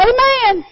Amen